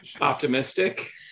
optimistic